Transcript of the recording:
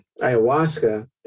ayahuasca